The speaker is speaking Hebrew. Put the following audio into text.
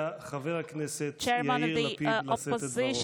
חבר הכנסת יאיר לפיד לשאת את דברו.